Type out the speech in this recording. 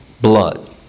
blood